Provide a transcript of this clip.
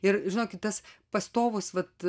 ir žinokit tas pastovus vat